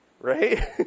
Right